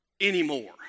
anymore